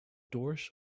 doors